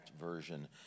version